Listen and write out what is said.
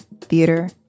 theater